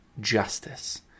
justice